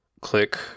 click